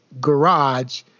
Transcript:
garage